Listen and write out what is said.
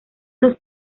dos